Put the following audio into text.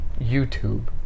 YouTube